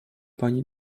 pani